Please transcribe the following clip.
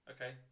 Okay